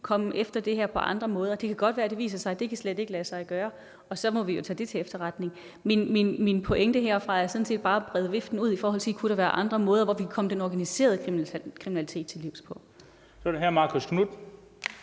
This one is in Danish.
komme efter det her på andre måder. Det kan godt være, at det viser sig, at det slet ikke kan lade sig gøre, og så må vi jo tage det til efterretning. Min pointe herfra er sådan set bare at brede viften ud i forhold til at sige, om der kunne være andre måder, hvorpå vi kunne komme den organiserede kriminalitet til livs. Kl. 13:15 Den fg. formand